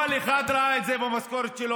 עובדים זרים, כל אחד ראה את זה במשכורת שלו,